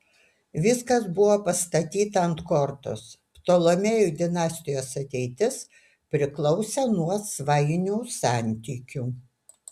viskas buvo pastatyta ant kortos ptolemėjų dinastijos ateitis priklausė nuo svainių santykių